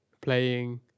playing